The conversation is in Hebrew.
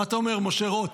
מה אתה אומר, משה רוט?